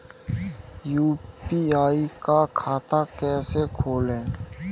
UPI का खाता कैसे खोलें?